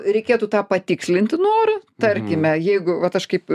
reikėtų tą patikslinti norą tarkime jeigu vat aš kaip